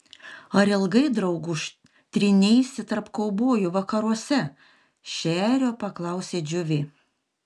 ar ilgai drauguž tryneisi tarp kaubojų vakaruose šerio paklausė džiuvė